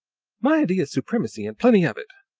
my idea is supremacy, and plenty of it!